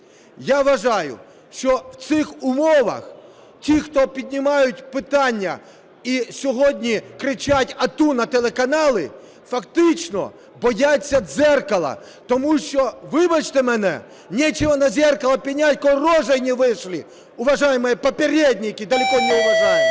Я вважаю, що в цих умовах ті, хто піднімають питання і сьогодні кричать "ату!" на телеканали, фактично бояться дзеркала. Тому що, вибачте мене, нечего на зеркало пенять, коль рожей не вышли, уважаемые "папередники", далеко не уважаемые!